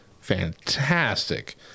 fantastic